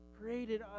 created